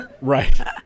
Right